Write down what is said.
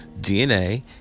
DNA